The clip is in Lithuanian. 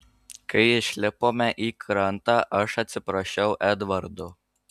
kai išlipome į krantą aš atsiprašiau edvardo